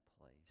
place